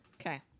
Okay